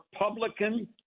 Republican